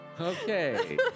Okay